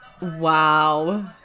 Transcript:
Wow